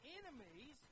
enemies